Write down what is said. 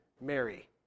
Mary